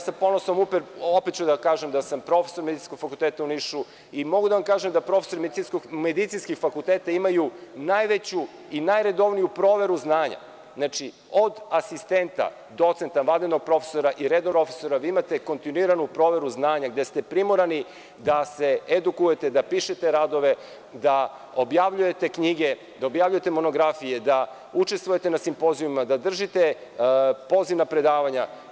Sa ponosom ću opet reći da sam prof. Medicinskog fakulteta u Nišu i mogu da vam kažem da profesori medicinskih fakulteta imaju najveću i najredovniju proveru znanja, znači od asistenta, docenta, vanrednog profesora i redovnog profesora, vi imate kontinuiranu proveru znanja, gde ste primorani da se edukujete, da pišete radove, da objavljujete knjige, da objavljujete monografije, da učestvujete na simpozijumima, da držite poziv na predavanje.